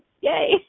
Yay